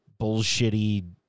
bullshitty